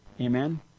amen